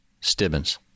Stibbins